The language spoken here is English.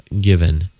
given